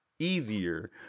Easier